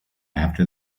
after